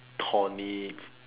thorny